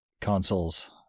consoles